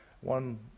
one